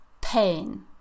pain